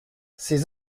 ces